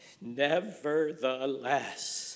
nevertheless